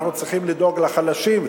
אנחנו צריכים לדאוג לחלשים,